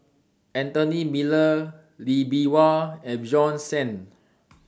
Anthony Miller Lee Bee Wah and Bjorn Shen